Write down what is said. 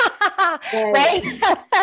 Right